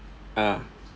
ah